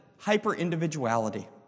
Hyper-individuality